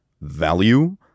value